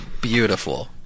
beautiful